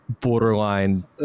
borderline